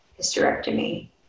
hysterectomy